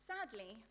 Sadly